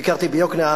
ביקרתי ביוקנעם,